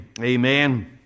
amen